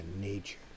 nature